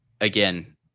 Again